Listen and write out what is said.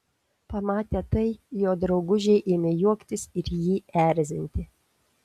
pamatę tai jo draugužiai ėmė juoktis ir jį erzinti